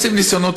עושים ניסיונות,